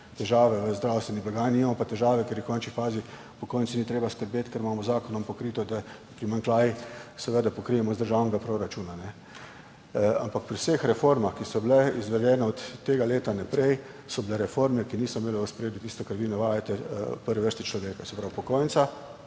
težave v zdravstveni blagajni. Nimamo pa težave, ker v končni fazi upokojencem ni treba skrbeti, ker imamo z zakonom pokrito, da primanjkljaj seveda pokrijemo iz državnega proračuna. Ampak vse reforme, ki so bile izvedene od tega leta naprej, so bile reforme, ki niso imele v ospredju tistega, kar vi navajate, v prvi vrsti človeka, se pravi upokojenca,